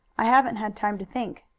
i haven't had time to think.